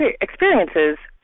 experiences